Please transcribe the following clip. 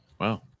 Wow